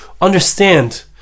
understand